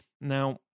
now